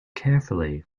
carefully